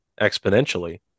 exponentially